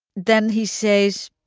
then he says,